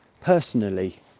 personally